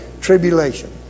tribulation